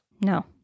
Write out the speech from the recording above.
No